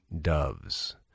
doves